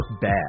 bad